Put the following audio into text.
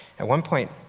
at one point,